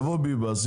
יבוא ביבס,